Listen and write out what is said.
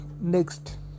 Next